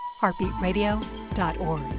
heartbeatradio.org